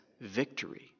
victory